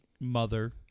mother